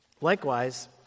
Likewise